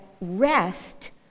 rest